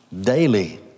Daily